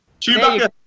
chewbacca